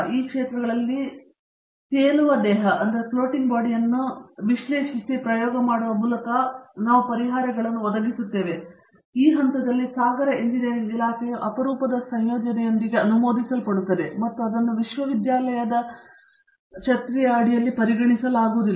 ಈ ಕ್ಷೇತ್ರಗಳಲ್ಲಿ ತೇಲುವ ದೇಹವನ್ನು ವಿಶ್ಲೇಷಿಸಿ ಪ್ರಯೋಗ ಮಾಡುವ ಮೂಲಕ ಈ ಪ್ರದೇಶಗಳಲ್ಲಿ ನಾವು ಪರಿಹಾರಗಳನ್ನು ಒದಗಿಸುತ್ತೇವೆ ಆ ಹಂತದಲ್ಲಿ ಸಾಗರ ಇಂಜಿನಿಯರಿಂಗ್ ಇಲಾಖೆಯು ಅಪರೂಪದ ಸಂಯೋಜನೆಯೊಂದಿಗೆ ಅನುಮೋದಿಸಲ್ಪಡುತ್ತದೆ ಮತ್ತು ಅದನ್ನು ವಿಶ್ವವಿದ್ಯಾಲಯ ಛತ್ರಿ ಅಡಿಯಲ್ಲಿ ಪರಿಗಣಿಸಲಾಗುವುದಿಲ್ಲ